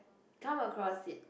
come across it